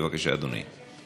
בבקשה, אדוני.